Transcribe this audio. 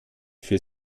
für